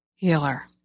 Healer